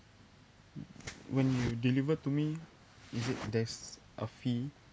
w~ when you deliver to me is it there's a fee